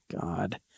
god